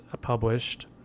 published